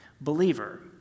Believer